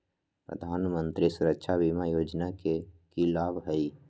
प्रधानमंत्री सुरक्षा बीमा योजना के की लाभ हई?